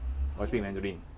why speak mandarin